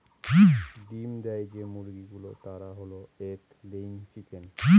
ডিম দেয় যে মুরগি গুলো তারা হল এগ লেয়িং চিকেন